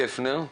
הרב גפנר בבקשה.